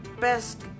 best